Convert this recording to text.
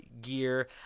gear